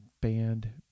band